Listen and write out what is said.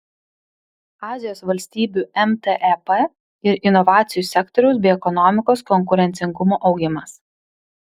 azijos valstybių mtep ir inovacijų sektoriaus bei ekonomikos konkurencingumo augimas